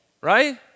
right